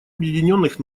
объединенных